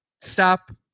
Stop